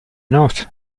not